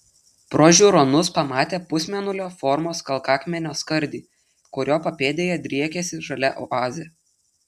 pro žiūronus pamatė pusmėnulio formos kalkakmenio skardį kurio papėdėje driekėsi žalia oazė